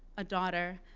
a daughter,